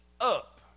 up